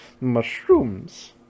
Mushrooms